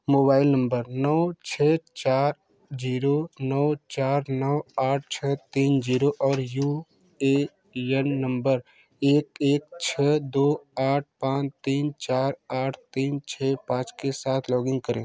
mobile number नौ छः चार ज़ीरो नौ चार नौ आठ छः तीन जीरो और यू ए एन नम्बर एक एक छः दो आठ पाँच तीन चार आठ तीन छः पाँच के साथ लॉगिन करें